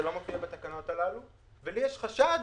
לי יש חשד